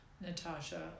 Natasha